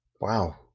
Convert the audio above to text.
Wow